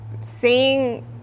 seeing